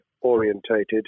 orientated